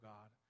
God